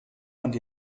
man